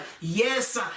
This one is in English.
Yes